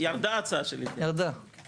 ירדה ההצעה של התייחסות.